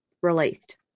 released